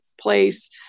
place